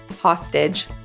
hostage